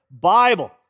Bible